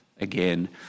again